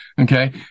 okay